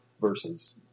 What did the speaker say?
versus